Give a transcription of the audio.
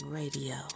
radio